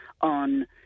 on